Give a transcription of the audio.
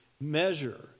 measure